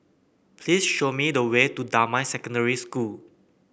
please show me the way to Damai Secondary School